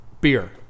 beer